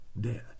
Dead